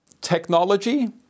Technology